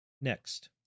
Next